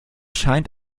scheint